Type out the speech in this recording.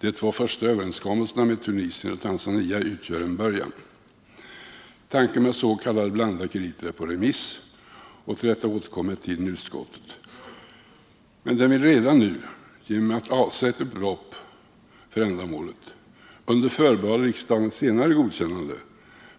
De två första överenskommelserna med Tunisien och Tanzania utgör en början. Tanken med s.k. blandade krediter är på remiss, och härtill återkommer utskottet med tiden men vill redan nu genom att avsätta ett belopp för ändamålet, under förbehåll av riksdagens senare godkännande,